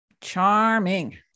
charming